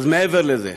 אז מעבר לזה.